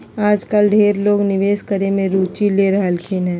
आजकल ढेर लोग निवेश करे मे रुचि ले रहलखिन हें